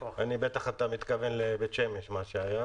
בטח אתה מתכוון למה שהיה בבית שמש.